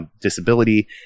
disability